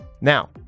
Now